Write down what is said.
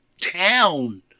town